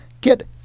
get